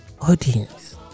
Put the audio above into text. Audience